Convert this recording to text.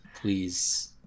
Please